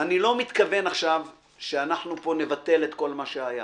אני לא מתכוון עכשיו שאנחנו פה נבטל את כל מה שהיה.